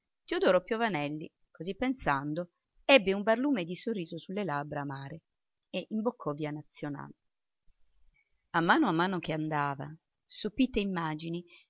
teodoro piovanelli così pensando ebbe un barlume di sorriso su le labbra amare e imboccò via nazionale a mano a mano che andava sopite immagini